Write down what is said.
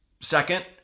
second